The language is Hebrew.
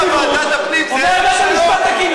אחרי ארבע שנים שהכפישו אותו,